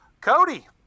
Cody